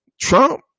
Trump